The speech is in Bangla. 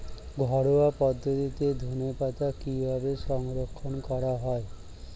ঘরোয়া পদ্ধতিতে ধনেপাতা কিভাবে সংরক্ষণ করা হয়?